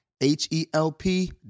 H-E-L-P